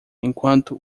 enquanto